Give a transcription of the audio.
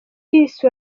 peace